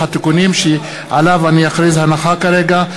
התיקונים שעליו אני אכריז הנחה כרגע.